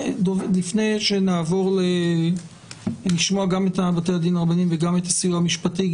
לפני שנעבר לשמוע גם את בתי הדין הרבניים וגם את הסיוע המשפטי,